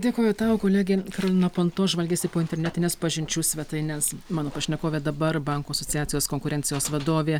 dėkoju tau kolegė karolina panto žvalgėsi po internetines pažinčių svetaines mano pašnekovė dabar bankų asociacijos konkurencijos vadovė